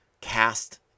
cast